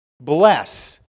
Bless